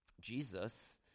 Jesus